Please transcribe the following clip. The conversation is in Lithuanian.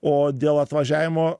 o dėl atvažiavimo